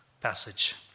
passage